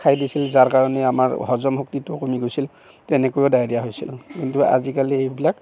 খাই দিছিল যাৰ কাৰণে আমাৰ হজম শক্তিটোও কমি গৈছিল তেনেকৈও ডায়েৰীয় হৈছিল কিন্তু আজিকালি এইবিলাক